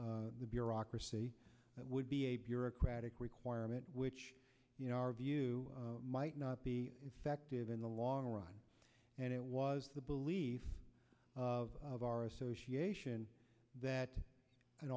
the bureaucracy that would be a bureaucratic requirement which you know our view might not be effective in the long run and it was the belief of of our association that an